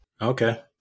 okay